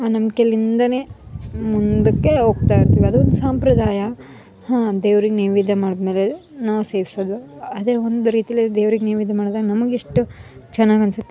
ಆ ನಂಬ್ಕೆಯಿಂದನೇ ಮುಂದಕ್ಕೆ ಹೋಗ್ತಾ ಇರ್ತೀವಿ ಅದೊಂದು ಸಂಪ್ರದಾಯ ಹಾಂ ದೇವ್ರಿಗೆ ನೈವೇದ್ಯ ಮಾಡಿದ್ಮೇಲೆ ನಾವು ಸೇವಿಸೋದು ಅದೇ ಒಂದು ರೀತೀಲಿ ದೇವ್ರಿಗೆ ನೈವೇದ್ಯ ಮಾಡ್ದಾಗ ನಮಗೆ ಎಷ್ಟು ಚೆನ್ನಾಗಿ ಅನ್ನಿಸುತ್ತೆ